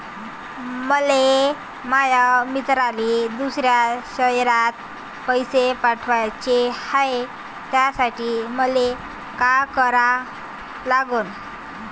मले माया मित्राले दुसऱ्या शयरात पैसे पाठवाचे हाय, त्यासाठी मले का करा लागन?